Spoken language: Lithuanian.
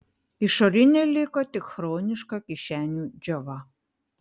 išorinė liko tik chroniška kišenių džiova